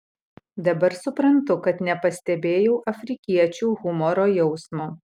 dabar suprantu kad nepastebėjau afrikiečių humoro jausmo